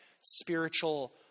spiritual